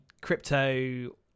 crypto